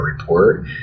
report